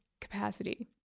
capacity